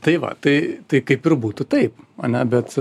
tai va tai tai kaip ir būtų taip ane bet